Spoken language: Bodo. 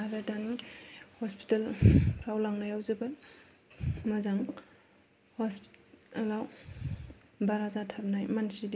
आरो दायो हस्पिटालाव लांनायाव जोबोद मोजां हस्पिटालाव बारा जाथारनाय मानसि